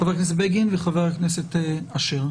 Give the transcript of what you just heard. חבר הכנסת בגין וחבר הכנסת אשר,